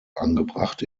angebracht